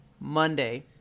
monday